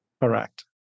Correct